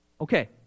Okay